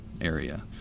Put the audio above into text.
area